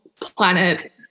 planet